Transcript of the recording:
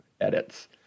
edits